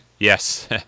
Yes